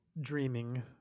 dreaming